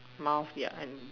mouths yeah and